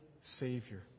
Savior